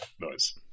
Nice